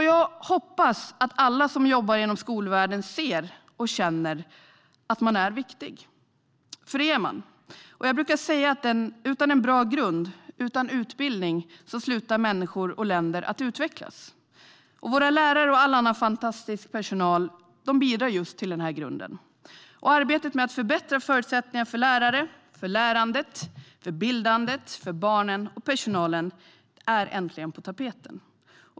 Jag hoppas att alla som jobbar inom skolvärlden ser och känner att de är viktiga - för det är de. Jag brukar säga att utan en bra grund, utan utbildning, slutar människor och länder att utvecklas. Våra lärare och all annan fantastisk personal bidrar just till denna grund. Arbetet med att förbättra förutsättningarna för lärarna, lärandet, bildandet, barnen och personalen är äntligen på tapeten.